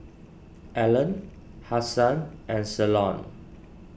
Allene Hasan and Ceylon